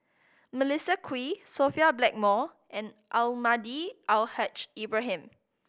Melissa Kwee Sophia Blackmore and Almahdi Al Haj Ibrahim